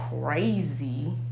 crazy